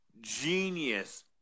genius